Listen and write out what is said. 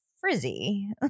frizzy